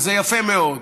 וזה יפה מאוד,